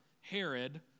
Herod